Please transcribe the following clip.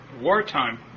wartime